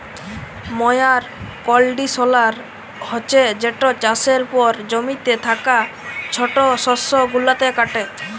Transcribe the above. ময়ার কল্ডিশলার হছে যেট চাষের পর জমিতে থ্যাকা ছট শস্য গুলাকে কাটে